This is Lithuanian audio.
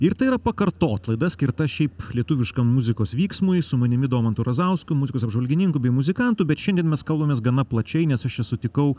ir tai yra pakartot laida skirta šiaip lietuviškam muzikos vyksmui su manimi domantu razausku muzikos apžvalgininku bei muzikantu bet šiandien mes kalbamės gana plačiai nes aš čia sutikau